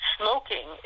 smoking